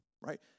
right